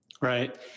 Right